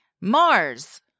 Mars